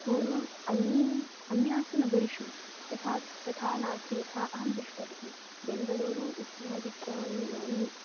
पूर्वम् अन्ये अन्येषु नगरेषु तथा तथा नास्ति यथा अहं दृष्टवती बेङ्गळूरु इत्यादिकानि यानि